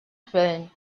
quellen